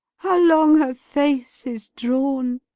how long her face is drawne?